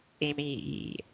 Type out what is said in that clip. Amy